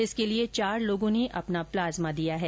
इसके लिए चार लोगों ने अपना प्लाज्मा दिया है